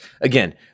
Again